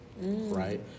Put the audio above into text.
right